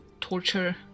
torture